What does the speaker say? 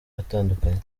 atandukanye